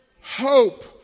Hope